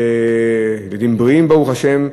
ילדים בריאים ברוך השם,